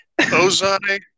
Ozai